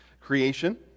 Creation